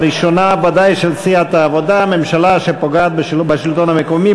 הראשונה ודאי של סיעת העבודה: ממשלה שפוגעת בשלטון המקומי,